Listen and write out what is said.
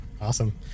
Awesome